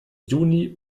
juni